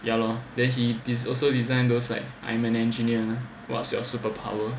ya lor then he is also designed those like I'm an engineer lah what's your superpower